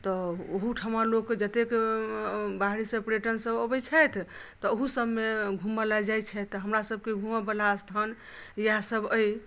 तऽ ओहूठमा लोकके जतेक बाहरी पर्यटन सब अबै छथि तऽ ओहू सबमे घूमय लए जाइ छथि तऽ हमरा सबकेँ घूमऽ वाला स्थान इएह सब अहि